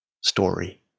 story